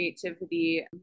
creativity